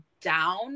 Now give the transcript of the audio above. down